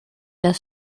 das